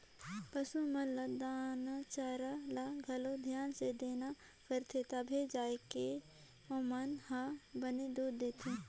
पसू मन ल दाना चारा ल घलो धियान से देना परथे तभे जाके ओमन ह बने दूद देथे